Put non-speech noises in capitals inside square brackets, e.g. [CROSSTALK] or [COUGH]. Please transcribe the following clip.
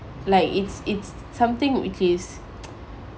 like it's it's something which is [NOISE]